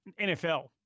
NFL